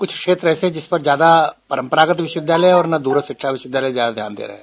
कुछ क्षेत्र ऐसे है जिस पर ज्यादा परम्परागत विश्वविद्यालय और न दूरस्थ शिक्षा विश्वविद्यालय ज्यादा ध्यान दे रहे हैं